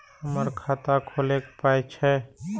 हमर खाता खौलैक पाय छै